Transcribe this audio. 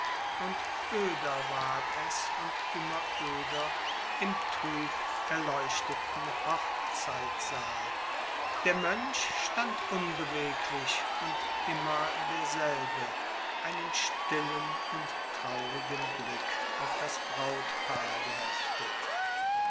und öder ward es und immer öder im trüb erleuchteten hochzeitsaal der mönch stand unbeweglich und immer derselbe einen stillen und traurigen blick auf das brautpaar geheftet